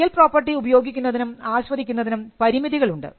real property ഉപയോഗിക്കുന്നതിനും ആസ്വദിക്കുന്നതിനും പരിമിതികളുണ്ട്